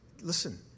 Listen